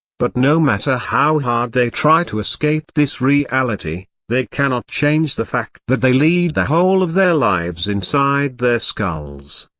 but no matter how hard they try to escape this reality, they cannot change the fact that they lead the whole of their lives inside their skulls.